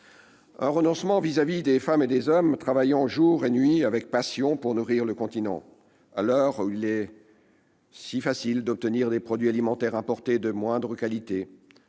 Un renoncement à l'égard de femmes et d'hommes travaillant jour et nuit, avec passion, pour nourrir le continent. À l'heure où il est si faciled'obtenir des produits alimentaires importés de moindre qualité,